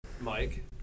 Mike